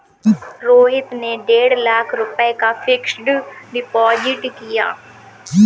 रोहित ने डेढ़ लाख रुपए का फ़िक्स्ड डिपॉज़िट किया